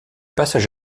passage